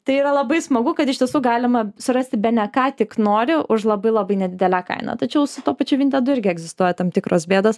tai yra labai smagu kad iš tiesų galima surasti bene ką tik nori už labai labai nedidelę kainą tačiau su tuo pačiu vintedu irgi egzistuoja tam tikros bėdos